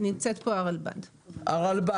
נמצא פה הרלב"ד הרשות הלאומית לבטיחות בדרכים.